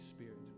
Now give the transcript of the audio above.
Spirit